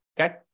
okay